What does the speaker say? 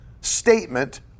statement